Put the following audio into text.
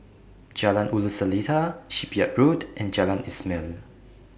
Jalan Ulu Seletar Shipyard Road and Jalan Ismail